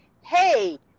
hey